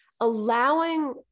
Allowing